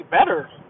better